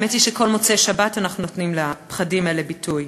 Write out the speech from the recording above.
האמת היא שכל מוצאי שבת אנחנו נותנים לפחדים האלה ביטוי,